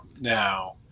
Now